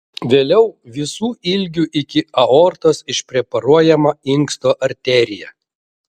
vėliau visu ilgiu iki aortos išpreparuojama inksto arterija